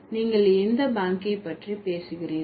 நீங்கள் எந்த பேங்க் ஐ பற்றி பேசுகிறீர்கள்